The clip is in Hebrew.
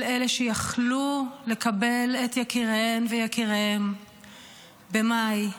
אלה שיכלו לקבל את יקיריהן ויקיריהם במאי,